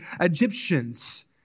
Egyptians